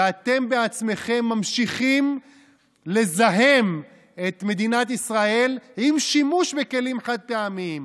ואתם בעצמכם ממשיכים לזהם את מדינת ישראל עם שימוש בכלים חד-פעמיים.